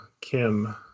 Kim